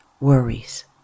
worries